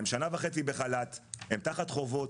הם שנה וחצי בחל"ת, הם תחת חובות,